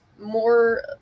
more